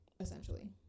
essentially